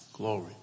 glory